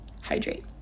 hydrate